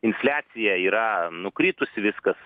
infliacija yra nukritusi viskas